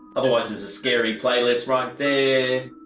otherwise there's a scary playlist right there.